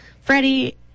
Freddie